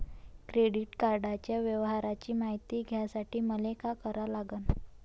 Credit कार्डाच्या व्यवहाराची मायती घ्यासाठी मले का करा लागन?